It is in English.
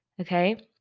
okay